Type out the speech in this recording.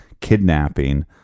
kidnapping